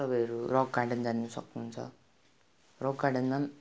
तपाईँहरू Rock Garden जानु सक्नुहुन्छ रक गार्डनमा पनि